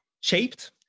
shaped